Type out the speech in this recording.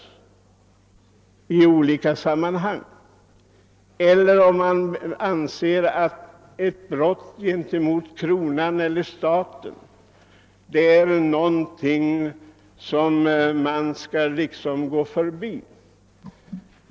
Jag vet heller inte om man skulle anse att ett brott gentemot kronan eller staten är någonting vilket man liksom bör gå förbi.